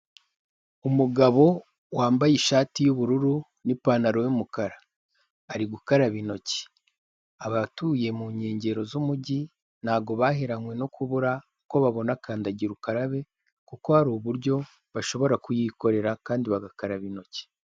Umugabo wambaye ishati y'ubururu, n'ipantaro y'umukara. Ari gukaraba intoki. Abatuye mu nkengero z'umujyi ntago baheranywe no kubura uko babona kandagira ukarabe, kuko hari uburyo bashobora kuyikorera, kandi bagakaraba intoki.